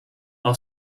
are